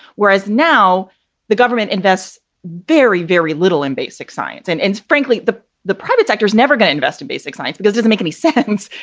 whereas now the government invests very, very little in basic science. and and frankly, the the private sector is never going to invest in basic science because doesn't make any sense,